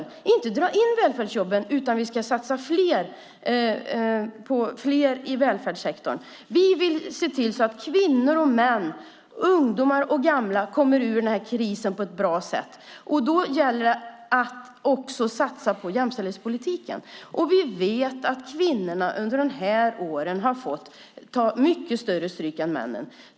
Vi ska inte dra in på välfärdsjobben utan satsa på fler i välfärdssektorn. Vi vill se till att kvinnor och män, ungdomar och gamla, kommer ur den här krisen på ett bra sätt. Då gäller det att också satsa på jämställdhetspolitiken. Vi vet att kvinnorna under de här åren har fått ta mycket större stryk än männen.